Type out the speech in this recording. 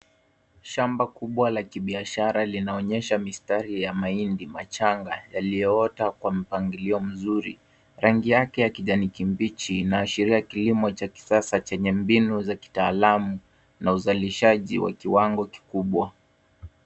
Shamba kubwa la kibiashara linaonyesha mistari ya mahindi machanga, yalioota kwa mpangilia mzuri. Rangi yake ya kijani kibichi, inaashiria kilimo cha kisasa chenye mbinu za kitaalamu na uzalishaji wa kiwango kikubwa.